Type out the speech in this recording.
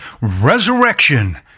resurrection